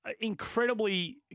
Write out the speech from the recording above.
Incredibly